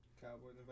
Cowboys